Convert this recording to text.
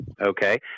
Okay